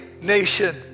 nation